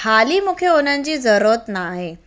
हाली मूंखे उन्हनि जी ज़रूरत न आहे